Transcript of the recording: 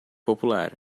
popular